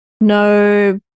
no